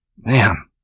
Man